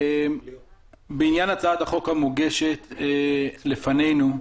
בעניין הצעת החוק המוגשת לפנינו,